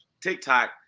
TikTok